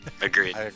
agreed